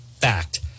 fact